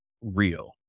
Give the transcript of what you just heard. real